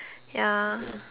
ya